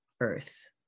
earth